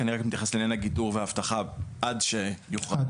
אני רק מתייחס לעניין הגידור והאבטחה עד שיוכרע.